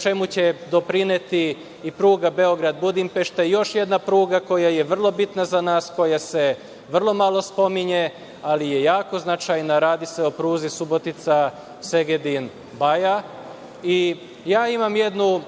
čemu će doprineti i pruga Beograd-Budimpešta i još jedna pruga koja je vrlo bitna za nas, koja se vrlo malo spominje, ali je jako značajna, radi se o pruzi Subotica-Segedin-Baja. Imam jedan